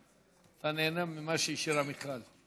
אתה נהנה ממה שהשאירה מיכל.